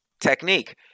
technique